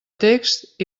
text